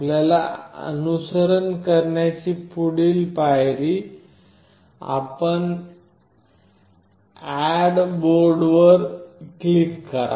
आपल्याला अनुसरण करण्याची पुढील पायरीः आपण ऍड बोर्डवर क्लिक करा